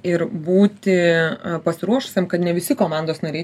ir būti pasiruošusiam kad ne visi komandos nariai